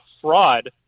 fraud